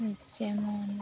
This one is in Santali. ᱡᱮᱢᱚᱱ